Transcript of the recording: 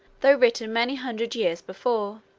though written many hundred years before.